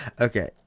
Okay